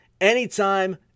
anytime